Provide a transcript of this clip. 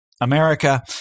America